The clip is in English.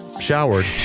showered